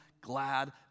glad